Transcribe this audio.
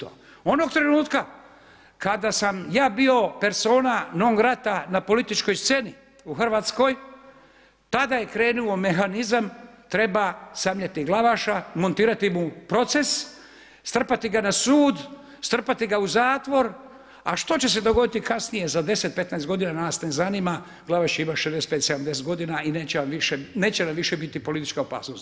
Onoga trenutka kada sam ja bio persona novog rata na političkoj sceni u Hrvatskoj, tada je krenuo mehanizam, treba smjeniti Glavaša, montirati mu proces, strpati ga na sud, strpati ga u zatvor, a što će se dogoditi kasnije za 10, 15 g. nas ne zanima, Glavaš ima 65, 70 godina i neće nam više biti politička opasnost.